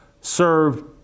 served